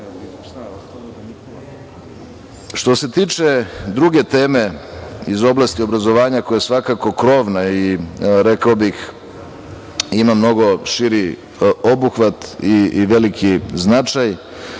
se tiče druge teme iz oblasti obrazovanja, koja je svakako krovna i, rekao bih, ima mnogo širi obuhvat i veliki značaj,